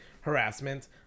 harassment